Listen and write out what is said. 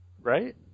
Right